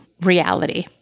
reality